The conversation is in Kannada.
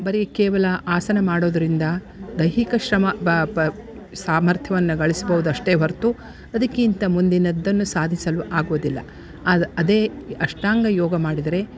ಬರಿ ಕೇವಲ ಆಸನ ಮಾಡೋದರಿಂದ ದೈಹಿಕ ಶ್ರಮ ಸಾಮರ್ಥ್ಯವನ್ನು ಗಳಿಸ್ಬೋದು ಅಷ್ಟೇ ಹೊರತು ಅದಕ್ಕಿಂತ ಮುಂದಿನದ್ದನ್ನು ಸಾಧಿಸಲು ಆಗೋದಿಲ್ಲ ಆದ್ ಅದೇ ಈ ಅಷ್ಟಾಂಗ ಯೋಗ ಮಾಡಿದರೆ